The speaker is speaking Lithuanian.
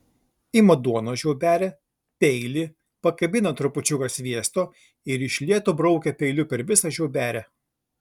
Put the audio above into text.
ima duonos žiauberę peilį pakabina trupučiuką sviesto ir iš lėto braukia peiliu per visą žiauberę